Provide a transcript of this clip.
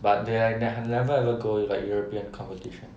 but they like ne~ ha~ have never ever go like european competition